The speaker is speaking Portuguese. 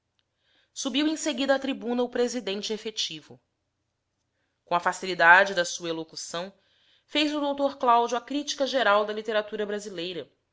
subiu em seguida à tribuna o presidente efetivo com a facilidade da sua elocução fez o dr cláudio a critica geral da literatura brasileira